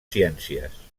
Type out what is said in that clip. ciències